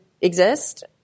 exist